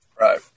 Right